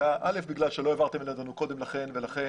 ראשית כי לא העברתם לנו קודם לכן ולכן